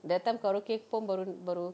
that time karaoke pun baru baru